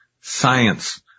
science